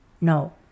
no